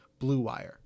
BLUEWIRE